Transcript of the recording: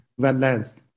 wetlands